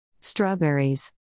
strawberries